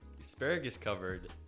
asparagus-covered